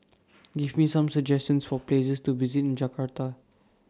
Give Me Some suggestions For Places to visit in Jakarta